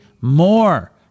more